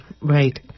Right